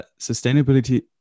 sustainability